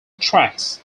tracks